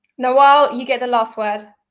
nawaal, you get the last word.